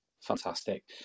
fantastic